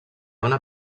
una